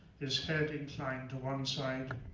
his head inclined to one side.